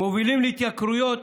מובילים להתייקרויות,